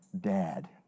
dad